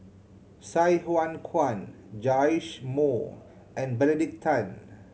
Sai Hua Kuan Joash Moo and Benedict Tan